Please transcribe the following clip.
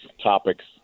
topics